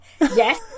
yes